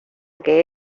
que